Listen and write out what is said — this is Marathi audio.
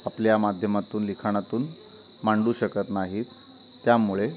आपल्या माध्यमातून लिखाणातून मांडू शकत नाहीत त्यामुळे